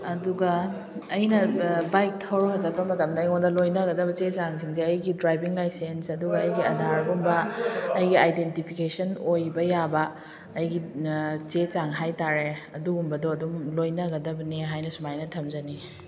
ꯑꯗꯨꯒ ꯑꯩꯅ ꯕꯥꯏꯛ ꯊꯧꯔꯒ ꯆꯠꯄ ꯃꯇꯝꯗ ꯑꯩꯉꯣꯟꯗ ꯂꯣꯏꯅꯒꯗꯕ ꯆꯦ ꯆꯥꯡ ꯁꯤꯡꯁꯦ ꯑꯩꯒꯤ ꯗ꯭ꯔꯥꯏꯚꯤꯡ ꯂꯥꯏꯁꯦꯟꯁ ꯑꯗꯨꯒ ꯑꯩꯒꯤ ꯑꯙꯥꯔꯒꯨꯝꯕ ꯑꯩꯒꯤ ꯑꯥꯏꯗꯦꯟꯇꯤꯐꯤꯀꯦꯁꯟ ꯑꯣꯏꯕ ꯌꯥꯕ ꯑꯩꯒꯤ ꯆꯦ ꯆꯥꯡ ꯍꯥꯏꯇꯥꯔꯦ ꯑꯗꯨꯒꯨꯝꯕꯗꯣ ꯑꯗꯨꯝ ꯂꯣꯏꯅꯒꯗꯕꯅꯦ ꯍꯥꯏꯅ ꯁꯨꯃꯥꯏꯅ ꯊꯝꯖꯅꯤꯡꯉꯦ